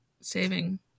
saving